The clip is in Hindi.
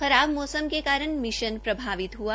खराब मौसम के कारण मिशन प्रभावित हआ